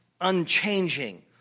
unchanging